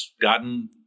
gotten